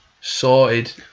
sorted